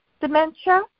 dementia